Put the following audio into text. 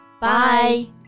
Bye